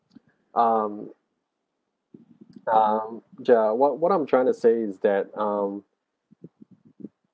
um um ya what what I'm trying to say is that um